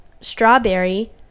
strawberry